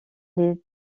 les